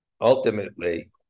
ultimately